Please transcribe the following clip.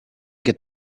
get